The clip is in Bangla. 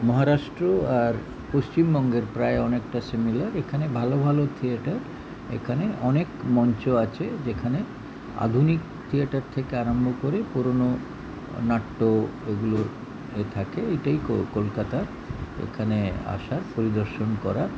মহারাষ্ট্র আর পশ্চিমবঙ্গের প্রায় অনেকটা সিমিলার এখানে ভালো ভালো থিয়েটার এখানে অনেক মঞ্চ আছে যেখানে আধুনিক থিয়েটার থেকে আরম্ভ করে পুরোনো নাট্য এগুলো হয়ে থাকে এটাই কল কলকাতা এখানে আসার পরিদর্শন করার